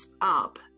up